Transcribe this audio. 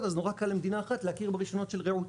אז נורא קל למדינה אחרת להכיר ברישיונות של רעותה.